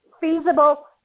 feasible